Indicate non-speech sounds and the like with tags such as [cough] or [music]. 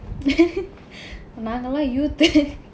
[laughs] நாங்க எல்லாம்:naangka ellaam youthu